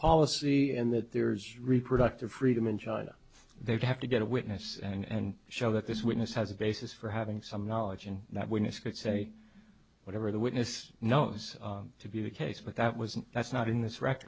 policy and that there is reproductive freedom in china they'd have to get a witness and show that this witness has a basis for having some knowledge and that witness could say whatever the witness knows to be the case but that was that's not in this r